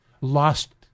lost